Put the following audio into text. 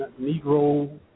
Negro